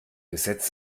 gesetz